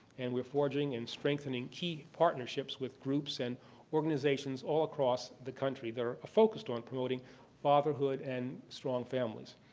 and we're forging and strengthening key partnerships with groups and organizations all across the country that are focused on promoting fatherhood and strong families.